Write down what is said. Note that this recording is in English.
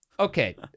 Okay